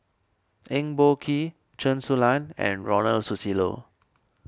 Eng Boh Kee Chen Su Lan and Ronald Susilo